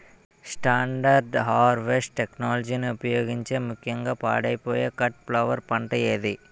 Standard harvest టెక్నాలజీని ఉపయోగించే ముక్యంగా పాడైపోయే కట్ ఫ్లవర్ పంట ఏది?